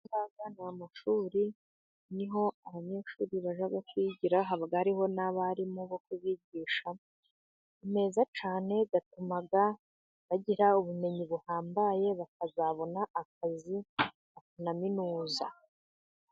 Ayangaya ni amashuri, ni ho abanyeshuri bajya kwigira haba hari n'abarimu bo kubigisha, ni meza cyane, atumaga bagira ubumenyi buhambaye bakazabona akazi, bakanaminuza.